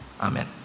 Amen